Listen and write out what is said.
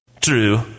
true